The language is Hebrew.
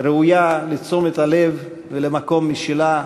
ראויה לתשומת הלב ולמקום משלה,